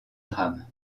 drame